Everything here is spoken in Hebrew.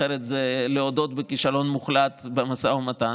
אחרת זה להודות בכישלון מוחלט במשא ומתן.